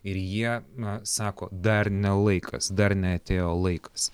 ir jie na sako dar ne laikas dar neatėjo laikas